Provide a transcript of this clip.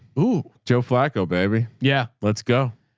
ooh, joe flacco, baby. yeah, let's go.